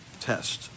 test